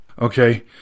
Okay